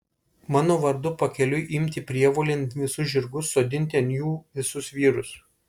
mano vardu pakeliui imti prievolėn visus žirgus sodinti ant jų visus vyrus